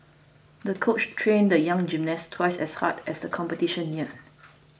the coach trained the young gymnast twice as hard as the competition neared